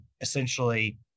essentially